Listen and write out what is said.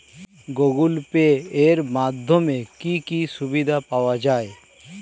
Google Pay এর মাধ্যমে কি কি সুবিধা পাওয়া যায়?